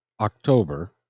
October